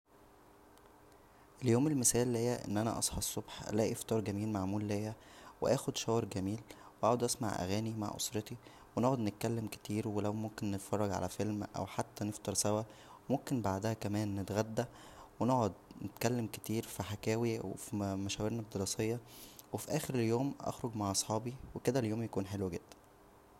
اليوم المثالى ليا ان انا اصحى الصبح الاقى فطار جميل معمول ليا واخ شاور جميل واقعد اسمع اغانى مع اسرتىونقعد نتكلم كتير و لو ممكن نتفرج على فيلم او حتى نفطر سوا ممكن بعدها كمان نتغدى و نقعد نتكلم كتير فحكاوى و فمشاورنا الدراسيه وف اخر اليوم اخرج مع صحابى وكدا اليوم يكون حلو جدا